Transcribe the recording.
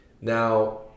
Now